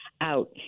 out